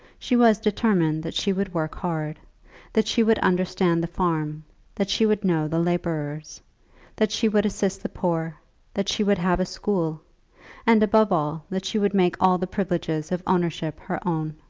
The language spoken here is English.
she was determined that she would work hard that she would understand the farm that she would know the labourers that she would assist the poor that she would have a school and, above all, that she would make all the privileges of ownership her own.